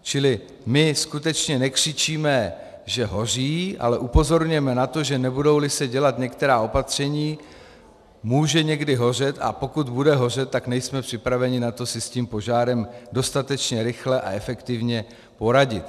Čili my skutečně nekřičíme, že hoří, ale upozorňujeme na to, že nebudouli se dělat některá opatření, může někdy hořet, a pokud bude hořet, tak nejsme připraveni na to si s tím požárem dostatečně rychle a efektivně poradit.